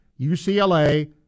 UCLA